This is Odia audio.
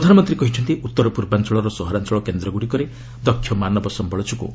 ପ୍ରଧାନମନ୍ତ୍ରୀ କହିଛନ୍ତି ଉତ୍ତର ପୂର୍ବାଞ୍ଚଳର ସହରାଞ୍ଚଳ କେନ୍ଦ୍ରଗୁଡିକରେ ଦକ୍ଷ ମାନବସମ୍ୟଳ ଯୋଗୁଁ